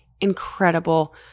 incredible